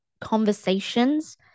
conversations